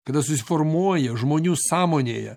kada susiformuoja žmonių sąmonėje